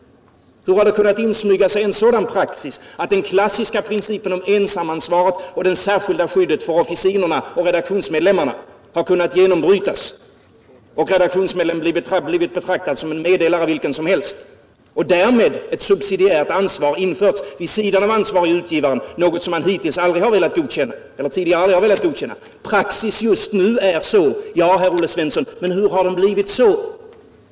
Hur har det kunnat insmyga sig en sådan praxis att den klassiska principen om ensamansvaret och det särskilda skyddet för officinerna och redaktionsmedlemmarna har kunnat genombrytas och redaktionsmedlem blivit betraktad som en meddelare vilken som helst och därmed ett subsidiärt ansvar införts vid sidan av ansvarige utgivarens, något som man tidigare aldrig velat godkänna? Praxis just nu är sådan! Ja, Olle Svensson, men hur har den blivit sådan?